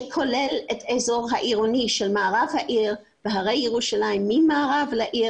שכולל את האזור העירוני של מערב העיר והרי ירושלים ממערב לעיר,